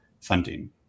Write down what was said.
funding